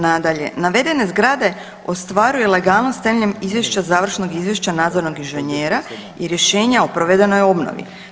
Nadalje, navedene zgrade ostvaruju legalnost temeljem izvješća, završnog izvješća nadzornog inženjera i rješenja o provedenoj obnovi.